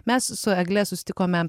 mes su egle susitikome